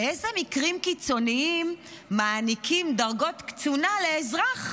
באיזה מקרים קיצוניים מעניקים דרגות קצונה לאזרח?